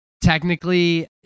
technically